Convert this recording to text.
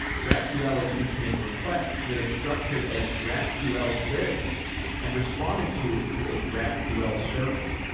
graphql is used to make requests that are structured as graphql queries and responded to through a graphql server.